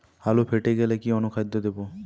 আলু ফেটে গেলে কি অনুখাদ্য দেবো?